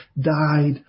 died